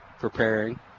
preparing